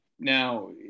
Now